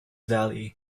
valley